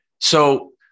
So-